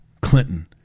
Clinton